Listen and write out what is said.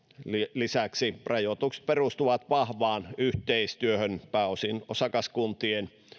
lisäksi rajoitukset perustuvat vahvaan yhteistyöhön pääosin osakaskuntien ja